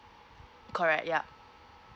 correct yeah